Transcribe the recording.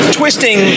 twisting